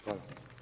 Hvala.